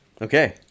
Okay